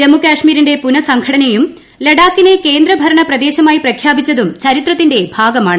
ജമ്മു കാശ്മീരിന്റെ പുനസംഘടനയുംലഡാക്കിനെ കേന്ദ്ര ഭരണ പ്രദേശ മായി പ്രഖ്യാപിച്ചതുംചരിത്രത്തിന്റെ ഭാഗമാണ്